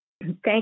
Thank